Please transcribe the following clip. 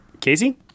Casey